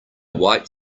white